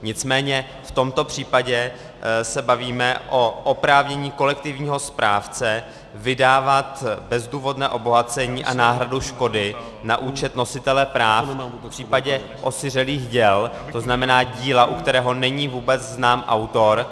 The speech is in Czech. Nicméně v tomto případě se bavíme o oprávnění kolektivního správce vydávat bezdůvodné obohacení a náhradu škody na účet nositele práv v případě osiřelých děl, to znamená díla, u kterého není vůbec znám autor.